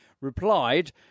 replied